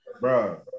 bro